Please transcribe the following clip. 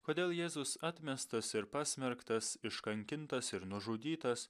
kodėl jėzus atmestas ir pasmerktas iškankintas ir nužudytas